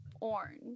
orange